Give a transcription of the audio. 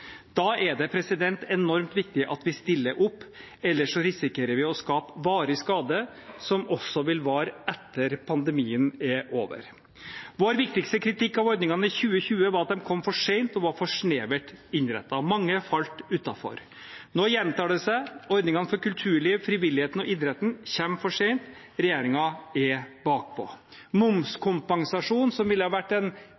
Da er det enormt viktig at vi stiller opp, ellers risikerer vi å skape varig skade, som også vil vare etter at pandemien er over. Vår viktigste kritikk av ordningene i 2020 var at de kom for sent og var for snevert innrettet – mange falt utenfor. Nå gjentar det seg: Ordningene for kulturliv, frivilligheten og idretten kommer for sent – regjeringen er